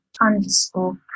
underscore